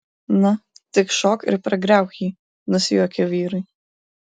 na tik šok ir pargriauk jį nusijuokė vyrai